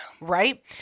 right